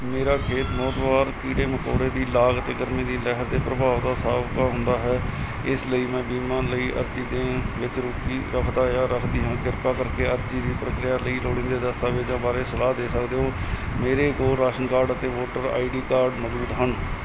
ਮੇਰਾ ਖੇਤ ਬਹੁਤ ਵਾਰ ਕੀੜੇ ਮਕੌੜੇ ਦੀ ਲਾਗ ਅਤੇ ਗਰਮੀ ਦੀ ਲਹਿਰ ਦੇ ਪ੍ਰਭਾਵ ਦਾ ਸਾਬਕਾ ਹੁੰਦਾ ਹੈ ਇਸ ਲਈ ਮੈਂ ਬੀਮਾ ਲਈ ਅਰਜ਼ੀ ਦੇਣ ਵਿੱਚ ਰੁਚੀ ਰੱਖਦਾ ਜਾਂ ਰੱਖਦੀ ਹਾਂ ਕਿਰਪਾ ਕਰਕੇ ਅਰਜ਼ੀ ਦੀ ਪ੍ਰਕਿਰਿਆ ਲਈ ਲੋੜੀਂਦੇ ਦਸਤਾਵੇਜ਼ਾਂ ਬਾਰੇ ਸਲਾਹ ਦੇ ਸਕਦੇ ਹੋ ਮੇਰੇ ਕੋਲ ਰਾਸ਼ਨ ਕਾਰਡ ਅਤੇ ਵੋਟਰ ਆਈਡੀ ਕਾਰਡ ਮੌਜੂਦ ਹਨ